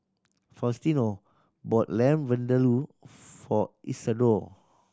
Faustino bought Lamb Vindaloo for Isadore